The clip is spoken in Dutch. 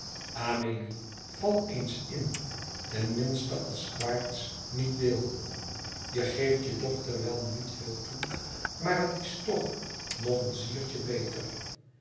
val eens in ten minste als quaerts niet wil je geeft je dochter wel niet veel toe maar het is toch nog een ziertje beter